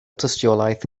tystiolaeth